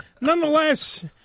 Nonetheless